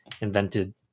invented